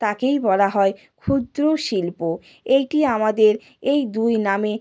তাকেই বলা হয় ক্ষুদ্র শিল্প এইটি আমাদের এই দুই নামে